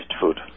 food